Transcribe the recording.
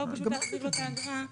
לא פשוט להחזיר לו את האגרה,